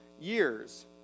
years